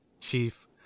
chief